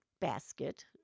basket